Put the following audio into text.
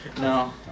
No